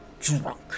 drunk